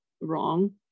wrong